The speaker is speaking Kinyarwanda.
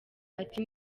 ati